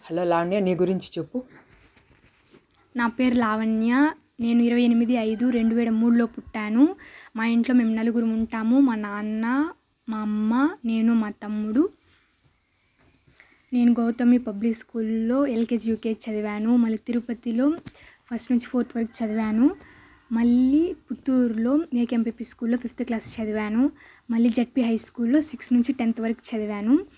hello Lavanya నీ గురించి చెప్పు నా పేరు లావణ్య నేను ఇరవై ఎనిమిది ఐదు రెండు వేల మూడులో పుట్టాను మా ఇంట్లో మేము నలుగురము ఉంటాము మా నాన్న మా అమ్మ నేను మా తమ్ముడు నేను గౌతమి పబ్లిక్ స్కూల్లో ఎల్కెజి యుకెజి చదివాను మళ్లీ తిరుపతిలో ఫస్ట్ నుంచి ఫోర్త్ వరకు చదివాను మళ్లీ పుత్తూరులో ఏకెఎంపి స్కూల్లో ఫిఫ్త్ క్లాస్ చదివాను మళ్లీ జెడ్పి హైస్కూల్లో సిక్స్ నుంచి టెన్త్ వరకు చదివాను